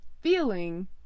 feeling